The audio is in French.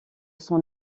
son